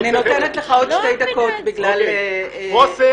אני נותנת לך עוד שתי דקות בגלל ההפרעות.